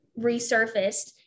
resurfaced